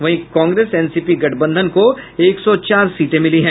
वहीं कांग्रेस एनसीपी गठबंधन को एक सौ चार सीटें मिली हैं